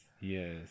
yes